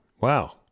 Wow